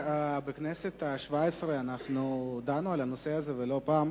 בכנסת השבע-עשרה דנו בנושא הזה לא פעם,